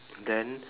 then